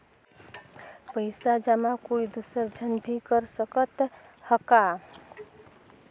पइसा जमा कोई दुसर झन भी कर सकत त ह का?